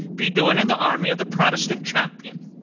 be doing in the army of the protestant champion?